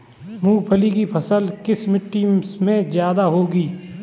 मूंगफली की फसल किस मिट्टी में ज्यादा होगी?